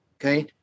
okay